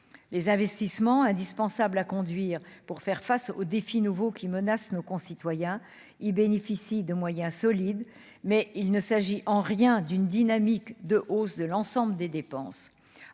les investissements indispensables à conduire pour faire face aux défis nouveaux qui menace nos concitoyens, il bénéficie de moyens solides, mais il ne s'agit en rien d'une dynamique de hausse de l'ensemble des dépenses